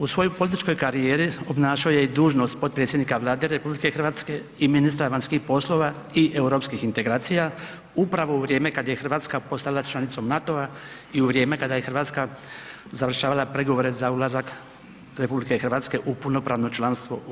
U svojoj političkoj karijeri obnašao je i dužnost podpredsjednika Vlade RH i ministra vanjskih poslova i europskih integracija upravo u vrijeme kad je Hrvatska postala članicom NATO-a i u vrijeme kada je Hrvatska završavala pregovore za ulazak RH u punopravno članstvo u EU.